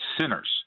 sinners